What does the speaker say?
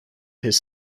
his